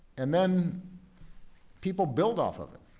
and then people build off of it,